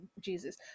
Jesus